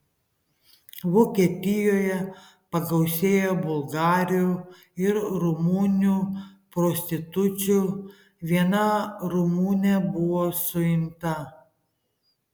vokietijoje pagausėjo bulgarių ir rumunių prostitučių viena rumunė buvo suimta